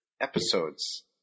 episodes